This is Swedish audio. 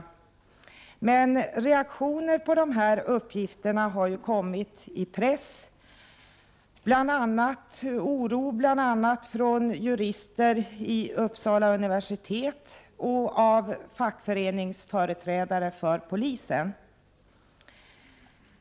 Reaktioner på dessa uppgifter har emellertid kommit fram i pressen, från bl.a. jurister vid Uppsala universitet och från fackföreningsföreträdare vid polisen.